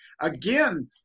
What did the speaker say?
Again